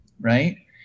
right